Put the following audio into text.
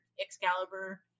Excalibur